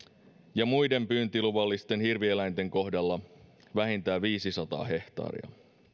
ja muiden pyyntiluvallisten hirvieläinten kohdalla vähintään viisisataa hehtaaria